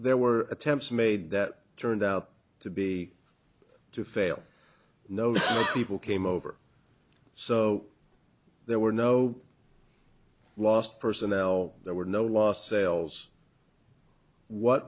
there were attempts made that turned out to be to fail no people came over so there were no last personnel there were no lost sales what